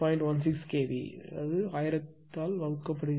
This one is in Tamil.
16 கேவி 1000 ஆல் வகுக்கப்பட்டது